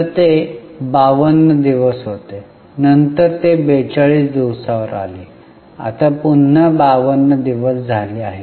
तर ते 52 दिवस होते नंतर ते 42 दिवसावर आले आता पुन्हा 52 दिवस झाले आहेत